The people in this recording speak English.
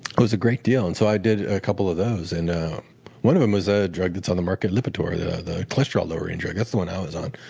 it was a great deal. and so i did a couple of those. and um one of them was a drug that's on the market, lipitor, the the cholesterol lowering drug. that's the one i was on.